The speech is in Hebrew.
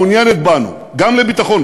מעוניינת בנו גם לביטחון,